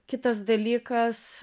kitas dalykas